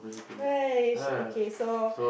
okay so